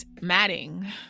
matting